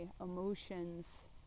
emotions